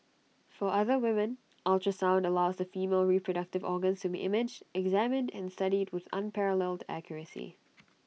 for other women ultrasound allows the female reproductive organs to be imaged examined and studied with unparalleled accuracy